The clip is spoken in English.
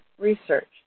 research